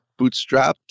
Bootstrapped